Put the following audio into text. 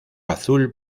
azul